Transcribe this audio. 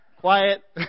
Quiet